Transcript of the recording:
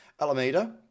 Alameda